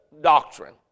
doctrine